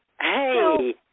Hey